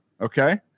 okay